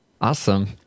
awesome